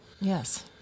Yes